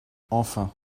enfin